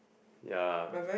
ya